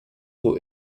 who